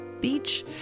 beach